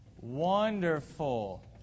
wonderful